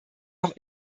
auch